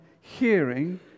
hearing